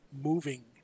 moving